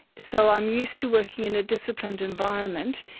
so i'm used to working in a disciplined environment,